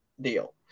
deal